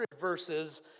verses